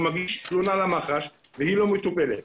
מגיש תלונה למח"ש והיא לא מטופלת?